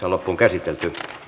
asian käsittely päättyi